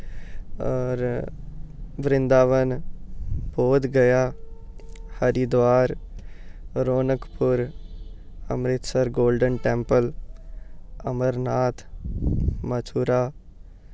होर Vrindavan Bodhgaya Haridwar Ranakpur Amritsar golden temple Amarnath Mathura